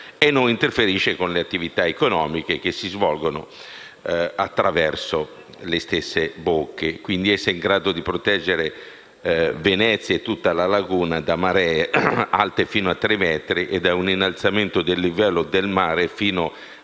con il paesaggio né con le attività economiche che si svolgono attraverso le stesse bocche. Essa è in grado di proteggere Venezia e tutta la laguna da maree alte fino a tre metri e da un innalzamento del livello del mare fino a